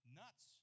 nuts